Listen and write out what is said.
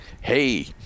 Hey